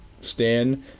Stan